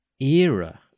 era